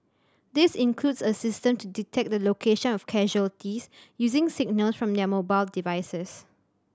this includes a system to detect the location of casualties using signals from their mobile devices